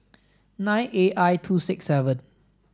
nine A I two six seven